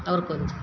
आओर कोन चीज